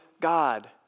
God